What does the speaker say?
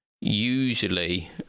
usually